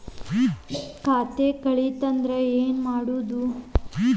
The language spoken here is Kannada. ಖಾತೆ ಕಳಿತ ಅಂದ್ರೆ ಏನು ಮಾಡೋದು?